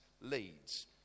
leads